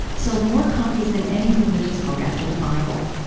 sold more copies than any religious book after the bible.